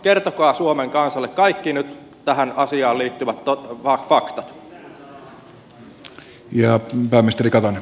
kertokaa suomen kansalle kaikki nyt tähän asiaan liittyvät faktat